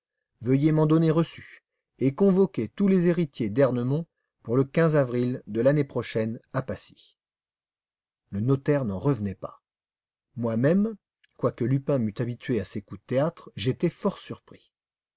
veuillez m'en donner reçu et convoquer tous les héritiers d'ernemont pour le avril de l'année prochaine à passy le notaire n'en revenait pas moi-même quoique lupin m'eût habitué à ces coups de théâtre j'étais fort surpris